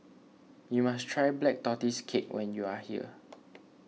you must try Black Tortoise Cake when you are here